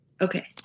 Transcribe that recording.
Okay